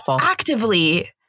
actively